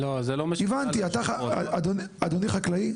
אדוני חקלאי?